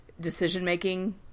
decision-making